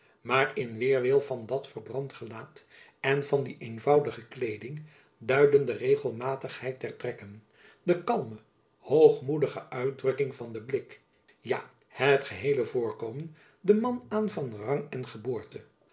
maar in weêrwil van dat verbrand gelaat en van die eenvoudige kleeding duidden de regelmatigheid der trekken de kalme hoogmoedige uitdrukking van den blik ja het geheele voorkomen den man aan van rang en geboorte